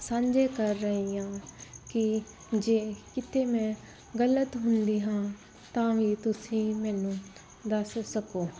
ਸਾਂਝੇ ਕਰ ਰਹੀ ਹਾਂ ਕਿ ਜੇ ਕਿਤੇ ਮੈਂ ਗਲਤ ਹੁੰਦੀ ਹਾਂ ਤਾਂ ਵੀ ਤੁਸੀਂ ਮੈਨੂੰ ਦੱਸ ਸਕੋ